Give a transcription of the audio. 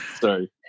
Sorry